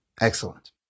excellent